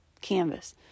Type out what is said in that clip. canvas